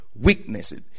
weaknesses